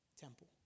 temple